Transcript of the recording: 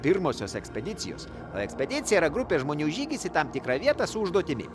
pirmosios ekspedicijos ekspedicija yra grupė žmonių žygis į tam tikrą vietą su užduotimi